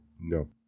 No